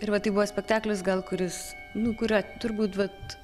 ir va tai buvo spektaklis gal kuris nu kurio turbūt vat